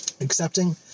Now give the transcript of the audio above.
accepting